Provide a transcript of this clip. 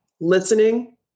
listening